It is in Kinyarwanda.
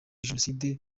jenoside